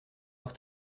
auch